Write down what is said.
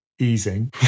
easing